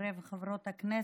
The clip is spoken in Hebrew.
חברי וחברות הכנסת,